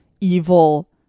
evil